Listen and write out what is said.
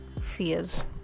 fears